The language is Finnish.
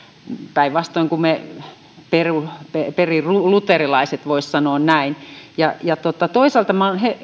päinvastoin kuin me periluterilaiset voisi sanoa näin toisaalta minä olen